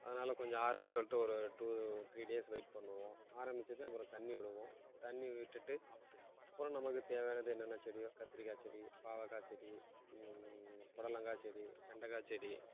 அதனால் கொஞ்சம் ஆறணும்னு சொல்லிட்டு ஒரு டூ த்ரீ டேஸ் வெயிட் பண்ணுவோம் ஆரம்பிச்சதும் அப்றம் தண்ணி விடுவோம் தண்ணி விட்டுட்டு அப்றம் நமக்கு தேவையானதை என்னென்ன செடி கத்திரிக்காய் செடி பாவற்க்கா செடி புடலங்கா செடி வெண்டக்காய் செடி